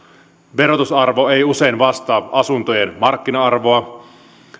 verotusarvo ei usein vastaa asuntojen markkina arvoa